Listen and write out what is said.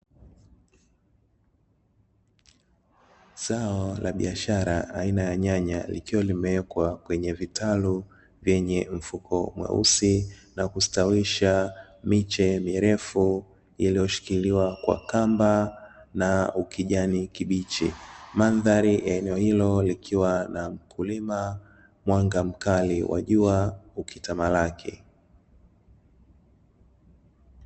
Zao la biashara aina ya nyanya likiwa limewekwa kwenye vitalu vyenye mfuko mweusi, na kustawisha miche mirefu, iliyoshikiliwa kwa kamba na ukijani kibichi. Mandhari ya eneo hilo likiwa na mkulima, mwanga mkali wa jua ukitamalaki.